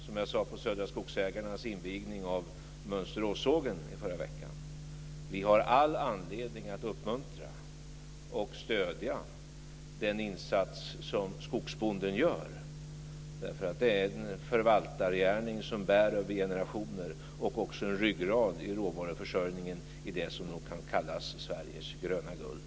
Som jag sade på Södra skogsägarnas invigning av Mönsteråssågen i förra veckan har vi däremot all anledning att uppmuntra och stödja den insats som skogsbonden gör, därför att det är en förvaltargärning som bär över generationer och också en ryggrad i råvaruförsörjningen av det som kan kallas för Sveriges gröna guld.